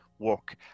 work